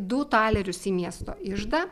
du talerius į miesto iždą